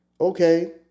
Okay